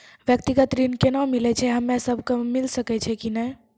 व्यक्तिगत ऋण केना मिलै छै, हम्मे सब कऽ मिल सकै छै कि नै?